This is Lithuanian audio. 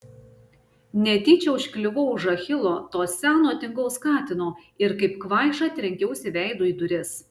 netyčia užkliuvau už achilo to seno tingaus katino ir kaip kvaiša trenkiausi veidu į duris